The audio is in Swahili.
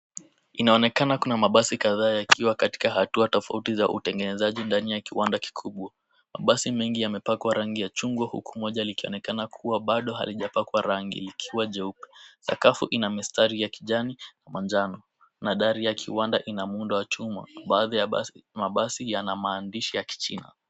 Inaonekana kuna mabasi kadhaa yakiwa katika hatua tofauti za utengenezaji ndani ya kiwanda kikubwa. Mabasi mengi yamepakwa rangi ya chungwa huku moja likionekana kuwa bado halijapakwa rangi likiwa jeupe. Sakafu ina mistari ya kijani na njano na dari ya kiwanda ina muundo wa chuma. Baadhi ya mabasi yana maandishi ya kichina.